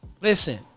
Listen